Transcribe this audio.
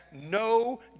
no